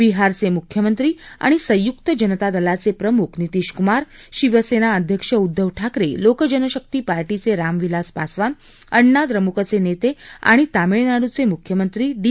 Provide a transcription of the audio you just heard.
बिहारचे मुख्यमंत्री आणि संयुक्त जनता दलाचे प्रमुख नितीश कुमार शिवसेना अध्यक्ष उद्दव ठाकरे लोकजनशक्ती पार्टीचे रामविलास पासवान अण्णाद्रमुकचे नेते आणि तामिळनाडूचे मुख्यमंत्री डी